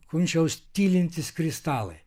kunčiaus tylintys kristalai